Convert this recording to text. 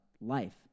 life